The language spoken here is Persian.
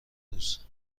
روز